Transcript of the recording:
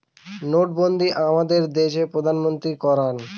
নোটবন্ধী আমাদের দেশের প্রধানমন্ত্রী করান